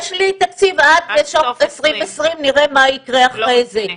יש לי תקציב עד סוף 2020, נראה מה יקרה אחרי זה.